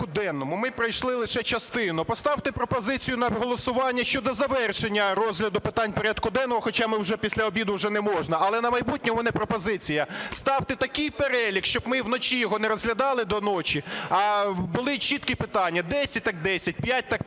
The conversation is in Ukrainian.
ми пройшли лише частину. Поставте пропозицію на голосування щодо завершення розгляду питань порядку денного, хоча вже після обіду вже не можна. Але на майбутнє у мене пропозиція: ставте такий перелік, щоб ми вночі його не розглядали, до ночі, а були чіткі питання: 10 - так 10, 5 - так 5.